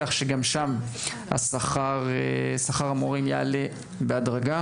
כך שגם שם השכר המורים יעלה בהדרגה.